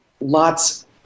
lots